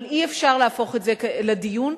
אבל אי-אפשר להפוך את זה לדיון,